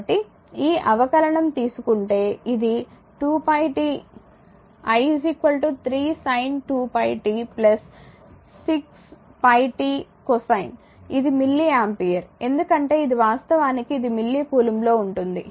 కాబట్టి ఈ అవకలనండెరివేటివ్ తీసుకుంటే ఇది 2π t i 3 sin 2 pi t 6 pi t cosine ఇది మిల్లీ ఆంపియర్ ఎందుకంటే ఇది వాస్తవానికి ఇది మిల్లీ కూలుంబ్లో ఉంది